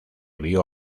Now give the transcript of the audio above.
vio